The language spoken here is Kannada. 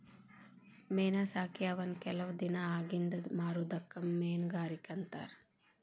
ಮೇನಾ ಸಾಕಿ ಅವನ್ನ ಕೆಲವ ದಿನಾ ಅಗಿಂದ ಮಾರುದಕ್ಕ ಮೇನುಗಾರಿಕೆ ಅಂತಾರ